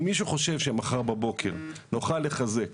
אם מישהו חושב שמחר בבוקר נוכל לחזק